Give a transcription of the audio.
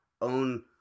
own